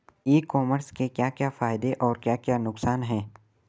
ई commerce के क्या क्या फायदे और क्या क्या नुकसान है?